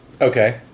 Okay